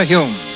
Hume